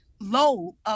low